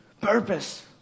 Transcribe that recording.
purpose